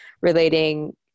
relating